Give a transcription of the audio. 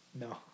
No